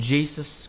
Jesus